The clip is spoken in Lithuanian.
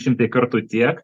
šimtai kartų tiek